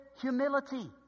humility